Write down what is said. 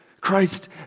Christ